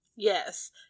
Yes